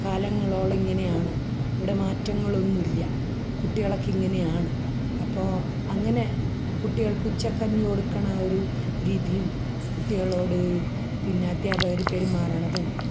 കാലങ്ങളോളം ഇങ്ങനെയാണ് ഇവിടെ മാറ്റങ്ങളൊന്നും ഇല്ല കുട്ടികളൊക്കെ ഇങ്ങനെയാണ് അപ്പോൾ അങ്ങനെ കുട്ടികൾക്ക് ഉച്ചകഞ്ഞി കൊടുക്കുന്ന ആ ഒരു രീതിയും കുട്ടികളോട് പിന്നെ അധ്യാപകർ പെരുമാറുന്നതും